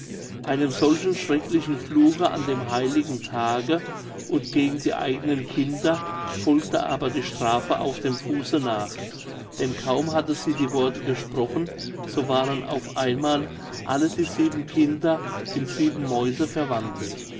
einem solchen schrecklichen fluche an dem heiligen tage und gegen die eigenen kinder folgte aber die strafe auf dem fuße nach denn kaum hatte sie die worte gesprochen so waren auf einmal alle die sieben kinder in sieben mäuse verwandelt